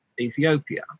Ethiopia